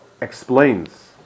explains